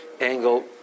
angle